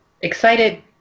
excited